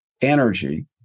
energy